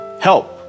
help